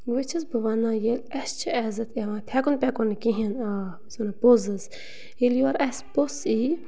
وۄنۍ چھَس بہٕ وَنان ییٚلہِ اَسہِ چھےٚ عزت یِوان تھٮ۪کُن پٮ۪کُن نہٕ کِہیٖنۍ آ بہٕ چھَس وَنان پوٚز حظ ییٚلہِ یورٕ اَسہِ پوٚژھ یِیہِ